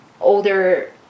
older